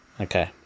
Okay